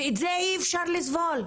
ואת זה אי אפשר לסבול.